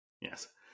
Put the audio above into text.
Yes